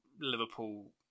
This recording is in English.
Liverpool